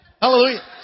Hallelujah